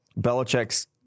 Belichick's